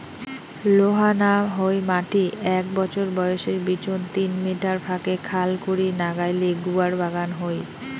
লোহা না হই মাটি এ্যাক বছর বয়সের বিচোন তিন মিটার ফাকে খাল করি নাগাইলে গুয়ার বাগান হই